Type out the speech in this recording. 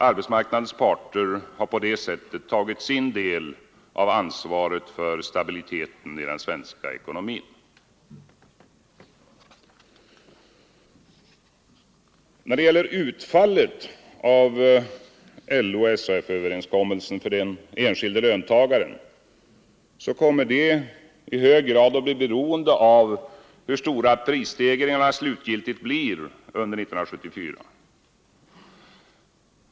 Arbetsmarknadens parter har på det sättet tagit sin del av ansvaret för stabiliteten i den svenska ekonomin. Utfallet av LO-—SA F-överenskommelsen för den enskilde löntagaren kommer att i hög grad påverkas av hur stora prisstegringarna slutgiltigt blir under 1974.